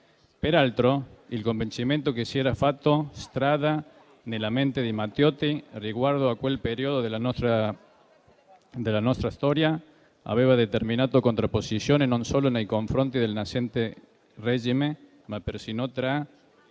Peraltro, il convincimento che si era fatto strada nella mente di Matteotti riguardo a quel periodo della nostra storia aveva determinato contrapposizioni, e non solo nei confronti del nascente regime, ma persino tra